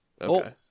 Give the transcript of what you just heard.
Okay